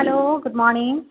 hello good morning